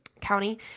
county